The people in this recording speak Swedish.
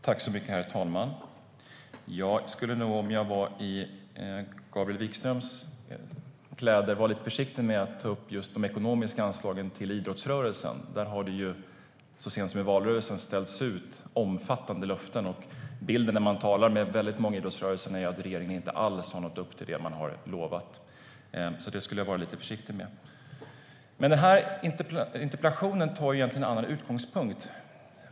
Herr talman! Om jag var i Gabriel Wikströms kläder skulle jag nog vara lite försiktig med att ta upp just de ekonomiska anslagen till idrottsrörelsen. Där har det så sent som i valrörelsen ställts ut omfattande löften, och bilden man får när man talar med många i idrottsrörelsen är att regeringen inte alls har nått upp till det man har lovat. Det skulle jag alltså vara lite försiktig med. Den här interpellationen har dock egentligen en annan utgångspunkt.